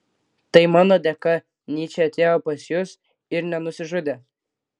tai mano dėka nyčė atėjo pas jus ir nenusižudė